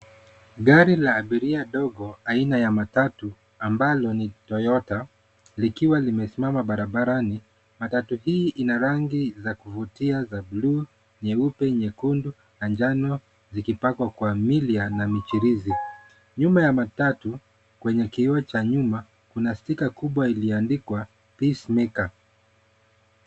Gari la abiria dogo aina ya matatu ambalo ni Toyota likiwa zimesimama barabarani. Matatu hii ina rangi za kuvutia za bluu, nyeupe, nyekundu na njano likipakwa kwa miili ya na michirizi. Nyuma ya matatu, kwenye kioo cha nyuma kuna stika kubwa ilioandikwa Peace Maker.